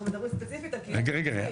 אנחנו מדברים ספציפיים על קהילה --- כמו